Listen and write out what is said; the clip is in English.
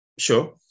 sure